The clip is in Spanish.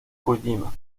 kojima